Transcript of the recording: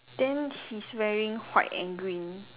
then he's wearing white and green